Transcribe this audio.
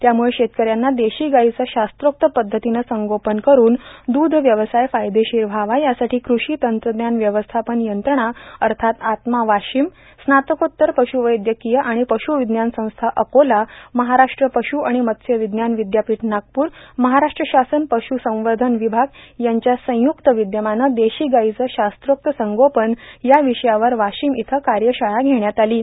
त्यामुळं शेतकऱ्यांना देशी गाईच शास्त्रोक्त पद्धतीनं संगोपन करून दूध व्यवसाय फायदेशीर व्हावा यासाठो कृषी तंत्रज्ञान व्यवस्थापन यंत्रणा अथात आत्मा वाशीम स्नातकोत्तर पशुवैदर्याकय आर्गण पशुवज्ञान संस्था अकोला महाराष्ट्र पशु आर्मण मत्स्य र्वज्ञान र्वद्यापीठ नागपूर महाराष्ट्र शासन पश्रसंवधन विभाग यांच्या संयुक्त विदयमानं देशी गाईचं शास्त्रोक्त संगोपन या र्यवषयावर वर्वाशम इथं कायशाळा घेण्यात आलां